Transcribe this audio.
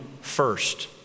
first